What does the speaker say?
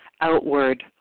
outward